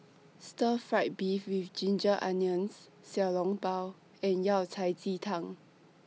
Stir Fry Beef with Ginger Onions Xiao Long Bao and Yao Cai Ji Tang